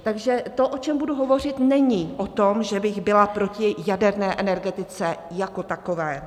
Takže to, o čem budu hovořit, není o tom, že bych byla proti jaderné energetice jako takové.